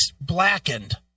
blackened